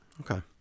Okay